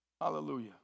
Hallelujah